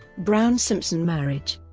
brown-simpson marriage